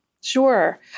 Sure